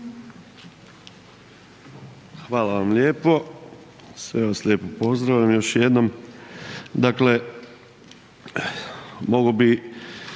Hvala vam lijepo. Sve vas lijepo pozdravljam još jednom. Dakle, mogao bi